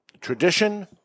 tradition